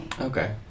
Okay